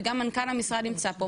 וגם המנכ"ל נמצא פה,